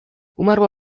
umarła